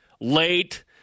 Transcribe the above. Late